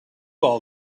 all